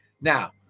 Now